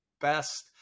best